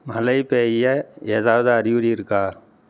மழை பெய்ய எதாவது அறிகுறி இருக்கா